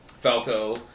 Falco